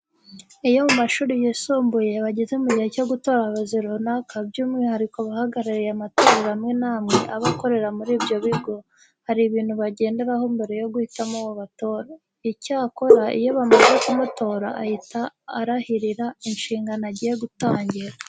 Iyo mu mashuri yisumbuye bageze mu gihe cyo gutora abayobozi runaka by'umwihariko abahagarariye amatorero amwe n'amwe aba akorera muri ibyo bigo, hari ibintu bagenderaho mbere yo guhitamo uwo batora. Icyakora iyo bamaze kumutora ahita arahirira inshingano agiye gutangira.